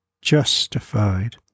justified